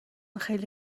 خیلی